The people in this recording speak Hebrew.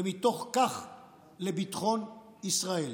ומתוך כך לביטחון ישראל.